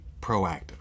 proactive